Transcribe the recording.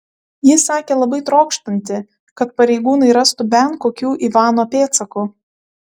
ji sakė labai trokštanti kad pareigūnai rastų bent kokių ivano pėdsakų